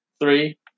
Three